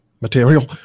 material